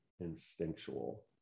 instinctual